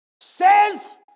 says